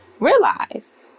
realize